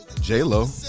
J-Lo